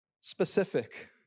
specific